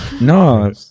No